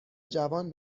جوان